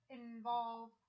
involve